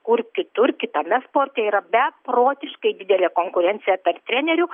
kur kitur kitame sporte yra beprotiškai didelė konkurencija tarp trenerių